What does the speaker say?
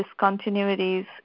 discontinuities